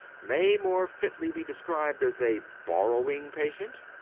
may more fitly be described as a borrowing patient?